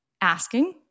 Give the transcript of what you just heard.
asking